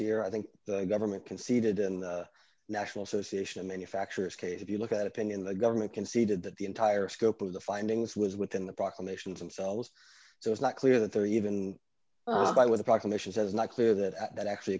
here i think the government conceded in the national association of manufacturers case if you look at opinion the government conceded that the entire scope of the findings was within the proclamations themselves so it's not clear that they're even by what the proclamations as not clear that that actually